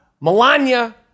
Melania